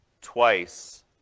twice